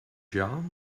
job